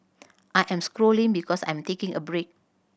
I am scrolling because I am taking a break